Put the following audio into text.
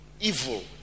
evil